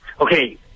Okay